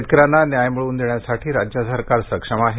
शेतकऱ्यांना न्याय मिळवून देण्यासाठी राज्य सरकार सक्षम आहे